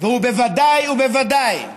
ובוודאי ובוודאי,